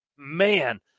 man